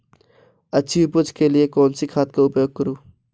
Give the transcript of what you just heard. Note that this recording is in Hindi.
अच्छी उपज के लिए कौनसी खाद का उपयोग करूं?